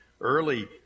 early